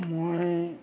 মই